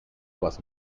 was